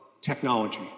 technology